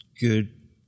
good